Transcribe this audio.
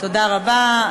תודה רבה.